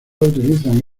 utilizan